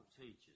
teaches